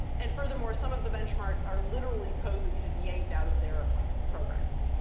and furthermore, some of the benchmarks are literally code that we just yanked out of their programs.